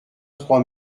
trois